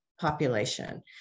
population